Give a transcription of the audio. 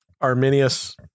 Arminius